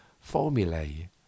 formulae